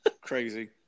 crazy